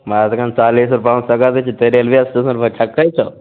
हँ तखन कहलियै तऽ बहुत महगा दै छो रेलवे स्टेशन पर ठकै छहो